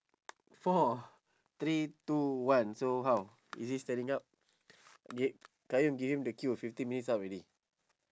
four three two one so how is it standing up okay qayyum give him the cue fifteen minutes up already